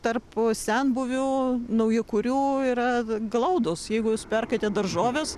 tarp senbuvių naujakurių yra glaudūs jeigu jūs perkate daržoves